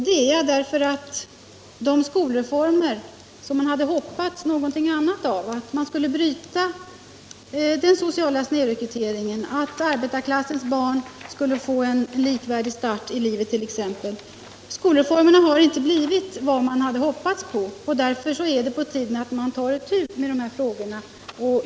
Det är jag därför att de skolreformer som man hade väntat någonting annat av — att den sociala snedrekryteringen skulle brytas, att arbetarklassens barn skulle få en med andra barn likvärdig start i livet t.ex. — inte har blivit vad man hade hoppats på. Därför är det på tiden att ta itu med de här frågorna.